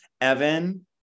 Evan